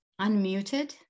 unmuted